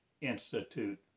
institute